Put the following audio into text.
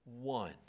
one